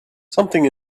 something